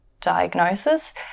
diagnosis